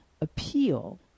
appeal